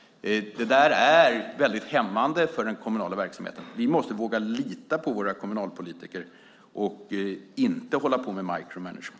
Det är hämmande för den kommunala verksamheten. Vi måste våga lita på våra kommunalpolitiker och inte hålla på med micromanagement.